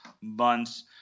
months